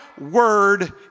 word